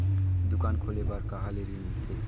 दुकान खोले बार कहा ले ऋण मिलथे?